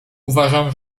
uważam